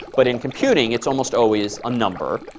but in computing, it's almost always a number,